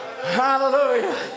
Hallelujah